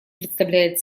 представляет